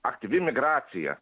aktyvi migracija